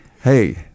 Hey